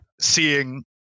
seeing